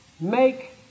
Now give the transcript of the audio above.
make